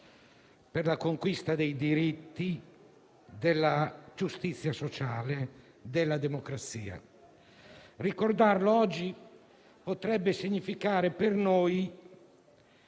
per la conquista dei diritti, della giustizia sociale e della democrazia. Ricordarlo oggi potrebbe significare, per noi,